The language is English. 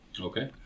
Okay